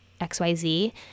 xyz